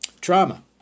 trauma